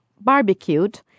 barbecued